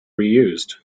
reused